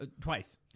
Twice